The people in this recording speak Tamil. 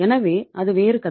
எனவே அது வேறு கதை